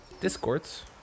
discords